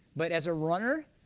but as a runner,